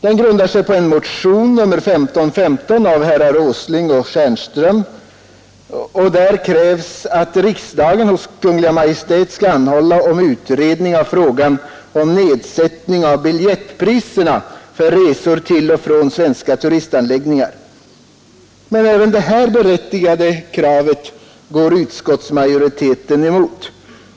Den grundar sig på en motion, nr 1515, av herrar Åsling och Stjernström, och i den krävs att riksdagen hos Kungl. Maj:t skall anhålla om utredning av frågan om nedsättning av biljettpriserna för resor till och från svenska turistanläggningar. Även detta berättigade krav går utskottsmajoriteten dock emot.